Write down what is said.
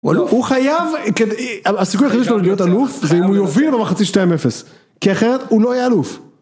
הוא חייב, הסיכוי היחיד שלו להיות אלוף, זה אם הוא יוביל במחצית 2.0 כי אחרת הוא לא יהיה אלוף.